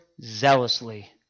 zealously